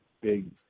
big